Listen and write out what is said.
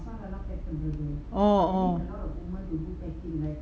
orh orh